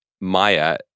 Maya